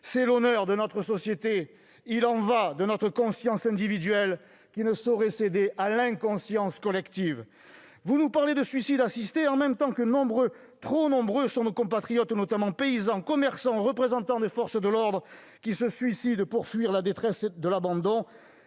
c'est l'honneur de notre société ; il y va de notre conscience individuelle, qui ne saurait céder à l'inconscience collective. Vous nous parlez de « suicide assisté », en même temps que nombreux, trop nombreux sont nos compatriotes, notamment paysans, commerçants et représentants des forces de l'ordre, qui se suicident pour fuir la détresse de l'abandon.